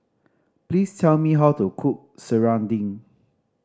please tell me how to cook serunding